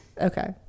okay